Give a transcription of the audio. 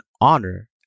honor